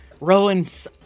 Rowan's